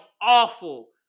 awful